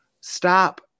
Stop